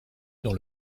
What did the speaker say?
dans